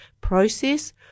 process